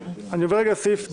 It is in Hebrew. אני עובר רגע לסעיף ד'.